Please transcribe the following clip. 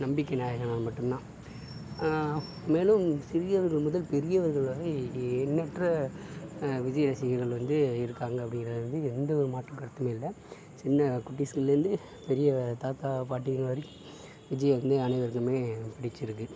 நம்பிக்கை நாயகனால் மட்டும்தான் மேலும் சிறியவர்கள் முதல் பெரியவர்கள் வரை எண்ணற்ற விஜய் ரசிகர்கள் வந்து இருக்காங்கள் அப்படிங்கறதில் எந்த ஒரு மாற்று கருத்துமே இல்லை சின்ன குட்டீஸ்கள்ல இருந்து பெரிய தாத்தா பாட்டிகள் வரைக்கும் விஜயை வந்து அனைவருக்குமே பிடிச்சிருக்குது